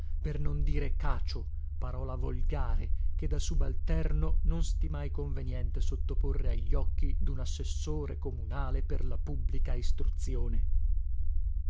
per non dire cacio parola volgare che da subalterno non stimai conveniente sottoporre agli occhi dun assessore comunale per la pubblica istruzione